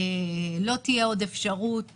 לא תהיה עוד אפשרות